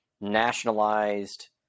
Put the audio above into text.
nationalized